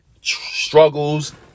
struggles